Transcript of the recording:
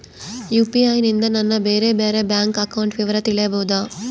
UPI ನಿಂದ ನನ್ನ ಬೇರೆ ಬೇರೆ ಬ್ಯಾಂಕ್ ಅಕೌಂಟ್ ವಿವರ ತಿಳೇಬೋದ?